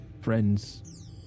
friends